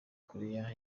korea